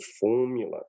formula